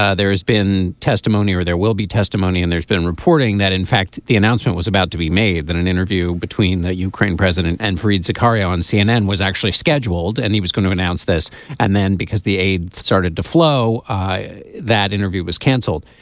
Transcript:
ah there has been testimony or there will be testimony and there's been reporting that in fact the announcement was about to be made that an interview between the ukraine president and fareed zakaria on cnn was actually scheduled and he was going to announce this and then because the aid started to flow that that interview was canceled.